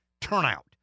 turnout